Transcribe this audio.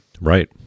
right